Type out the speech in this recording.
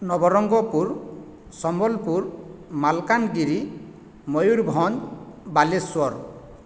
Nabarangpur Sambalpur Malkangiri Mayurbhanj Baleshwar